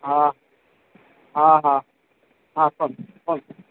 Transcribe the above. ହଁ ହଁ ହଁ ହଁ କହୁଛି କହୁଛି